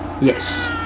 Yes